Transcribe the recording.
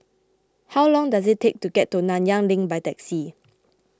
how long does it take to get to Nanyang Link by taxi